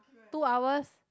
two hours